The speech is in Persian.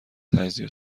تجزیه